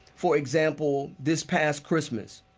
for example, this past christmas,